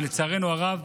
לצערנו הרב,